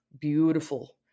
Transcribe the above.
Beautiful